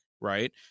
Right